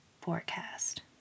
forecast